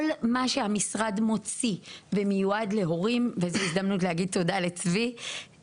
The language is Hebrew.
כל מה שהמשרד מוציא ומיועד להורים וזו הזדמנות להגיד תודה לצבי,